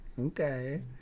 okay